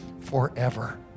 forever